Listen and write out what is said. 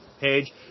page